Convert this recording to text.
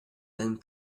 and